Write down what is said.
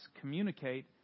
communicate